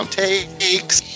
takes